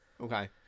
okay